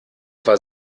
war